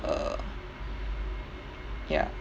err ya